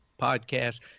podcast